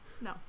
No